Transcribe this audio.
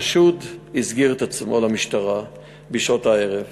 החשוד הסגיר את עצמו למשטרה בשעות הערב.